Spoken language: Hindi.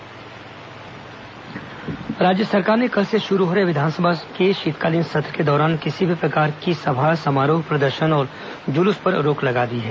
विधानसभा प्रदर्शन प्रतिबंध राज्य सरकार ने कल से शुरू हो रहे विधानसभा के शीतकालीन सत्र के दौरान किसी भी प्रकार के सभा समारोह प्रदर्शन और जुलूस पर रोक लगा दी है